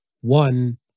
one